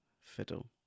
fiddle